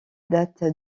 datent